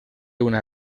una